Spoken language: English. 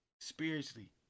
spiritually